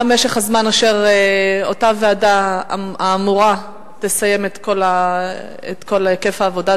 מה משך הזמן עד שאותה ועדה אמורה תסיים את כל היקף העבודה?